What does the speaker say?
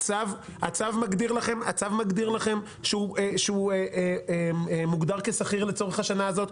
הצו מגדיר לכם שהוא מוגדר כשכיר לצורך השנה הזאת,